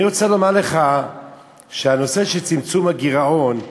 אני רוצה לומר לך שהנושא של צמצום הגירעון,